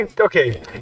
Okay